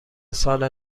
سال